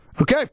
Okay